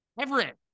Everett